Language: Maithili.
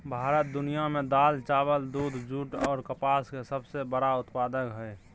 भारत दुनिया में दाल, चावल, दूध, जूट आर कपास के सबसे बड़ा उत्पादक हय